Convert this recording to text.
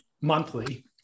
monthly